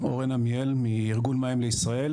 אורן עמיאל, מארגון "מים לישראל".